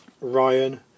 Ryan